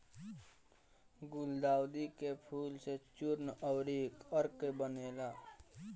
गुलदाउदी के फूल से चूर्ण अउरी अर्क बनेला